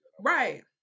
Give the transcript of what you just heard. right